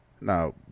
Now